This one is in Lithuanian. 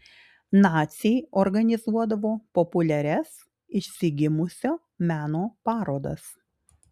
naciai organizuodavo populiarias išsigimusio meno parodas